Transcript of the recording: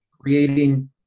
creating